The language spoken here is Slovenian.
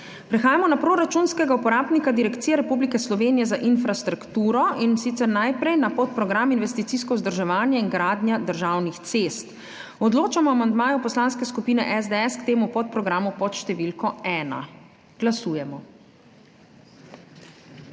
Prehajamo na proračunskega uporabnika Direkcija Republike Slovenije za infrastrukturo, in sicer najprej na podprogram Investicijsko vzdrževanje in gradnja državnih cest. Odločamo o amandmaju Poslanske skupine SDS k temu podprogramu pod številko 1. Glasujemo.